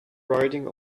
riding